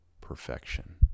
perfection